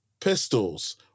pistols